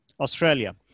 Australia